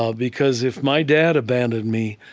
ah because if my dad abandoned me,